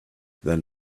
than